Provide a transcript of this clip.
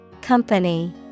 Company